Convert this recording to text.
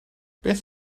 beth